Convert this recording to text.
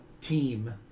team